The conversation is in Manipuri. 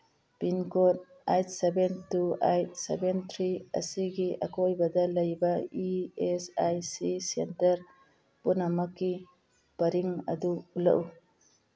pin code eight seven two eight seven three ꯑꯁꯤꯒꯤ ꯑꯀꯣꯏꯕꯗ ꯂꯩꯕ E S I C centre ꯄꯨꯝꯅꯃꯛꯀꯤ ꯄꯔꯤꯡ ꯑꯗꯨ ꯎꯠꯂꯛꯎ